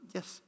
Yes